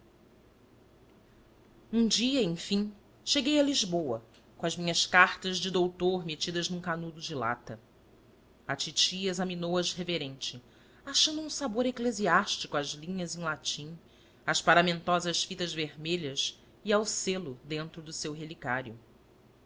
um dia enfim cheguei a lisboa com as minhas cartas de doutor metidas num canudo de lata a titi examinou as reverente achando um sabor eclesiástico as linhas em latim às paramentosas fitas vermelhas e ao selo dentro do seu relicário